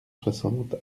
soixante